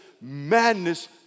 madness